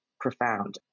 profound